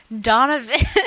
Donovan